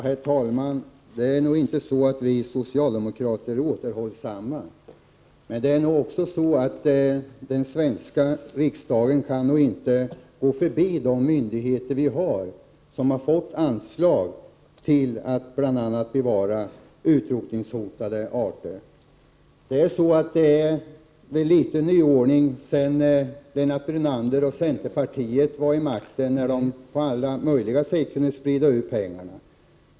Herr talman! Vi socialdemokrater är inte återhållsamma, men den svenska riksdagen kan inte gå förbi de myndigheter som har fått anslag för att bl.a. bevara utrotningshotade arter. Det har blivit litet av en nyordning sedan Lennart Brunander och centerpartiet satt vid makten och på alla möjliga sätt kunde sprida ut pengar.